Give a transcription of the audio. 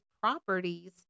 properties